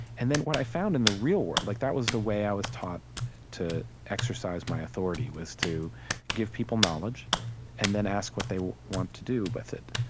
and then what i found in the real world like that was the way i was taught to exercise my authority, was to give people knowledge and then ask what they want to do with it.